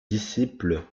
disciples